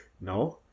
no